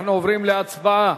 אנחנו עוברים להצבעה,